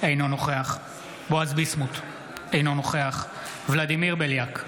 אינו נוכח בועז ביסמוט, אינו נוכח ולדימיר בליאק,